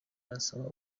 arasaba